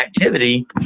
activity